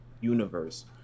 universe